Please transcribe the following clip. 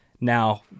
Now